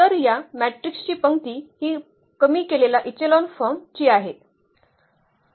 तर या मॅट्रिक्स ची हि पंक्ती कमी केलेला इचेलॉन फॉर्म ची आहे